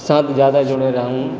साथ ज़्यादा जुड़े रहूँ